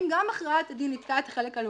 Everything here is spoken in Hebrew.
אם גם הכרעת דין ניכתה את החלק הלאומני,